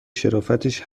شرافتش